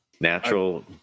natural